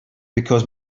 because